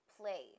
play